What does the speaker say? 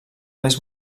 més